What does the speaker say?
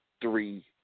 three